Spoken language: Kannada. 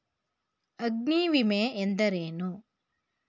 ಅಗ್ನಿವಿಮೆ ಎಂದರೇನು?